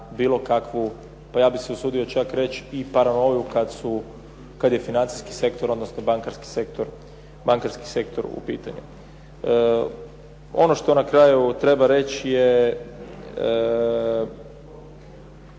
bilo kakvu, pa ja bih se usudio čak reći i paranoju kad je financijski sektor, odnosno bankarski sektor u pitanju. Ono što na kraju treba reći je